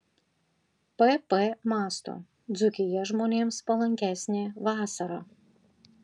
pp mąsto dzūkija žmonėms palankesnė vasarą